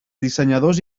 dissenyadors